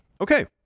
Okay